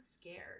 scared